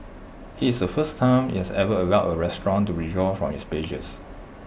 IT is the first time IT has ever allowed A restaurant to withdraw from its pages